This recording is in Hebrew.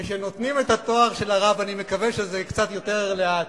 שכשהם נותנים את התואר של הרב אני מקווה שזה קצת יותר לאט.